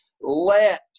let